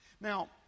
now